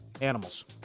Animals